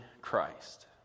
Christ